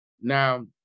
Now